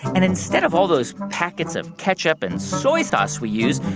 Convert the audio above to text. and instead of all those packets of ketchup and soy sauce we use,